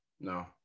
no